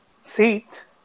seat